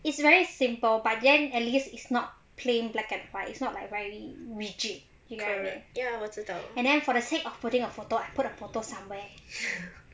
it's very simple but then at least is not plain black and white if not like very rigid you get what I mean and then for the sake of putting a photo I put the photo somewhere